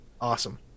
Awesome